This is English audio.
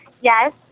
Yes